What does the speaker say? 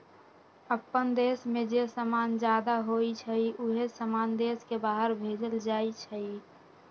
अप्पन देश में जे समान जादा होई छई उहे समान देश के बाहर भेजल जाई छई